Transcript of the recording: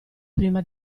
prima